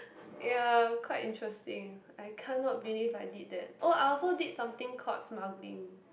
ya quite interesting I cannot believe I did that oh I also did something called smuggling